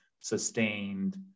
sustained